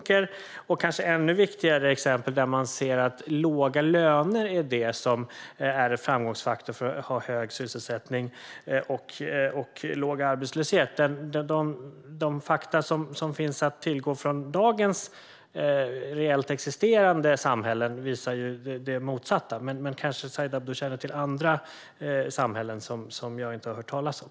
Det är kanske ännu viktigare vilka exempel Liberalerna har där man ser att låga löner är det som är en framgångsfaktor för hög sysselsättning och låg arbetslöshet. De fakta som finns att tillgå från dagens reellt existerande samhällen visar det motsatta. Men Said Abdu kanske känner till andra samhällen som jag inte har hört talas om.